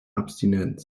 abstinenz